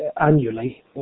annually